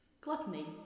Gluttony